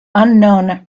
unknown